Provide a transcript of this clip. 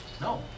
No